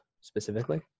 specifically